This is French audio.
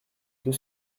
deux